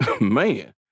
man